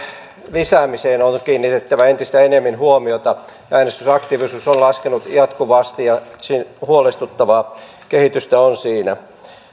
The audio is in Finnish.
lisäämiseen on kiinnitettävä entistä enemmän huomiota äänestysaktiivisuus on laskenut jatkuvasti ja siinä on huolestuttavaa kehitystä